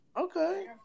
Okay